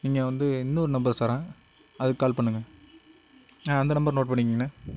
நீங்கள் வந்து இன்னோரு நம்பர் ஸ் தரேன் அதுக்கு கால் பண்ணுங்கள் ஆ அந்த நம்பர் நோட் பண்ணிக்கோங்கண்ண